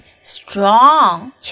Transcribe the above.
strong